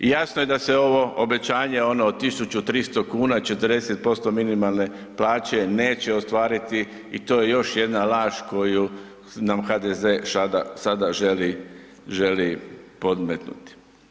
Jasno je da se ovo obećanje od 1.300 kuna 40% minimalne plaće neće ostvariti i to je još jedna laž koju nam HDZ sada želi podmetnuti.